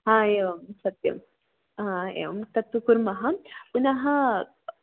आम् एवं सत्यं आम् एवं तत्तु कुर्मः पुनः